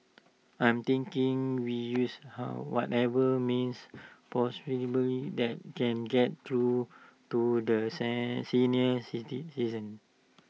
I am thinking we use how whatever means that can get through to the sent senior city citizens